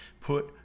Put